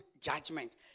judgment